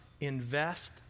invest